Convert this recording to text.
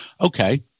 Okay